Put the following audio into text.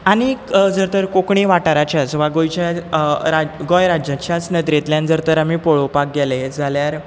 आनीक जर तर कोंकणी वाठाराचेच वा गोंयचे रा गोंय राज्याच्याच नदरेंतल्यान जर तर आमी पळोवपाक गेले जाल्यार